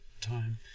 time